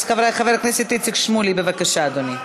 אז חבר הכנסת איציק שמולי, בבקשה, אדוני.